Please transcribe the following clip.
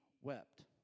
wept